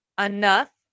enough